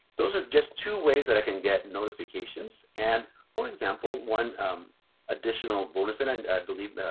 those are just two ways that i can get notifications. and for example, one additional bonuses and i believe,